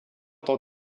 tant